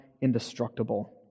indestructible